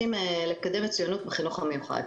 הניסיון לקידום המצוינות בחינוך המיוחד.